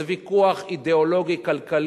זה ויכוח אידיאולוגי-כלכלי-ערכי.